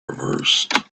reversed